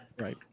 right